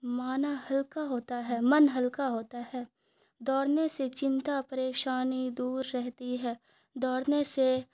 مانا ہلکا ہوتا ہے من ہلکا ہوتا ہے دوڑنے سے چنتا پریشانی دور رہتی ہے دوڑنے سے